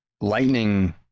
lightning